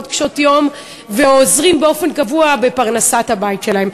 קשות-יום ועוזרים באופן קבוע בפרנסת הבית שלהם?